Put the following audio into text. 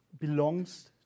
belongs